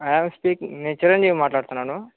I am speaking నేను చిరంజీవి మాట్లాడుతున్నాను